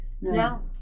no